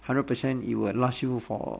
hundred percent it will last you for